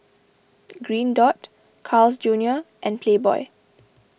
Green Dot Carl's Junior and Playboy